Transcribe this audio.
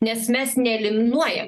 nes mes neeliminuoja